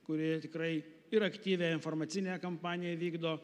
kuri tikrai ir aktyvią informacinę kampaniją vykdo